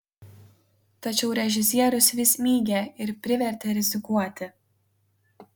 tačiau režisierius vis mygė ir privertė rizikuoti